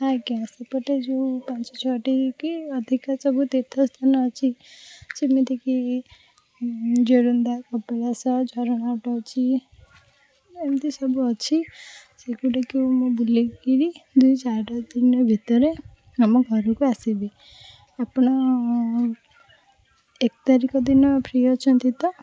ଆଜ୍ଞା ସେପଟେ ଯେଉଁ ପାଞ୍ଚ ଛଅଟିକି ଅଧିକା ସବୁ ତୀର୍ଥ ସ୍ଥାନ ଅଛି ଯେମିତିକି ଜୋରନ୍ଦା କପିଳାସ ଝରଣା ଗୋଟେ ଅଛି ଏମିତି ସବୁ ଅଛି ସେଗୁଡିକୁ ମୁଁ ବୁଲିକରି ଦୁଇ ଚାରି ଦିନ ଭିତରେ ଆମ ଘରକୁ ଆସିବି ଆପଣ ଏକ ତାରିଖ ଦିନ ଫ୍ରି ଅଛନ୍ତି ତ